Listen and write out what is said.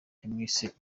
yamwise